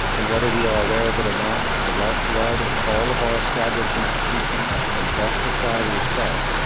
and, whether we are aware of it or not, the lifeblood of all of our established institutions, and thus society itself,